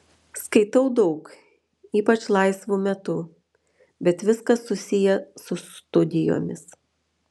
skaitau daug ypač laisvu metu bet viskas susiję su studijomis